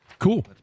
Cool